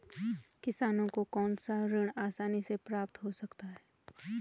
किसानों को कौनसा ऋण आसानी से प्राप्त हो सकता है?